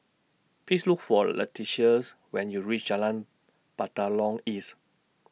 Please Look For Leticias when YOU REACH Jalan Batalong East